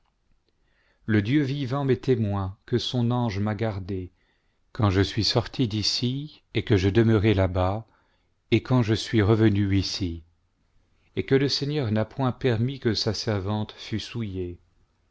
le dieu vivant m'est témoin que son ange m'a gardée quand je suis sortie d'ici et que je demeurais làbas et quand je suis revenue ici et que le seigneur n'a point permis que sa servante fût souillée